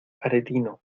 aretino